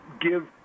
give